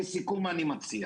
לסיכום מה שאני מציע